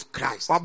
Christ